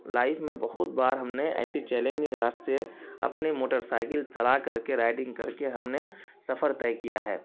life میں بہت بار ہم نے ایسی چیلنجنگ راستے اپنے موٹر سائیکل چلا کر کے رائڈنگ کر کے ہم نے سفر طے کیا ہے